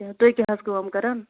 تُہۍ کیٛاہ حظ کٲم کَران